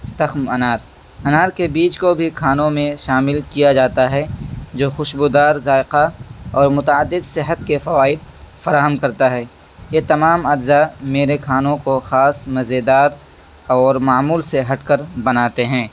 تخم انار انار کے بیج کو بھی کھانوں میں شامل کیا جاتا ہے جو خوشبو دار ذائقہ اور متعدد صحت کے فوائد فراہم کرتا ہے یہ تمام اجزاء میرے کھانوں کو خاص مزیدار اور معمول سے ہٹ کر بناتے ہیں